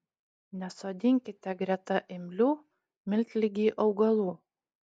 nesodinkite greta imlių miltligei augalų